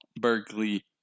Berkeley